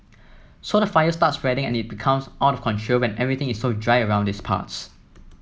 so the fire starts spreading and it becomes out of control when everything is so dry around these parts